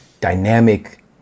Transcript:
dynamic